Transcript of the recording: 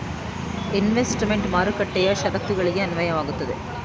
investment ಮಾರುಕಟ್ಟೆಯ ಶರತ್ತುಗಳಿಗೆ ಅನ್ವಯವಾಗುತ್ತದೆ